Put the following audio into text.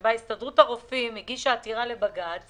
כאשר הסתדרות הרופאים הגישה עתירה לבג"ץ